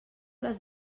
les